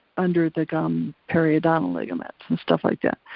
under the gum periodontal ligaments and stuff like that.